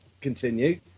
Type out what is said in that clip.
continue